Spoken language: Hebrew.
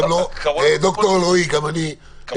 קראו לנו פופוליסטים.